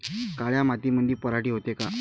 काळ्या मातीमंदी पराटी होते का?